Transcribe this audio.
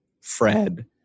Fred